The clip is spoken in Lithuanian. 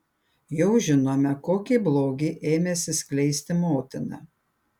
jau žinome kokį blogį ėmėsi skleisti motina